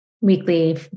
weekly